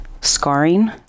scarring